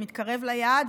שמתקרבת ליעד,